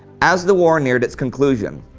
as the war neared its conclusion,